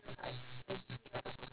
okay that's very smart